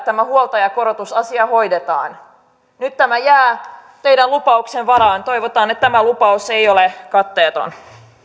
tämä huoltajakorotusasia hoidetaan nyt tämä jää teidän lupauksenne varaan toivotaan että tämä lupaus ei ole katteeton